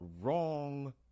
wrong